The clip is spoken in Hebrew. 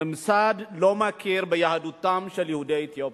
הממסד לא מכיר ביהדותם של יהודי אתיופיה.